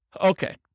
Okay